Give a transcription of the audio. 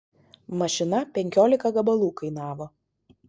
mašina penkiolika gabalų kainavo